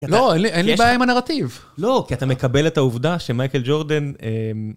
לא, אין לי בעיה עם הנרטיב. לא, כי אתה מקבל את העובדה שמייקל ג'ורדן...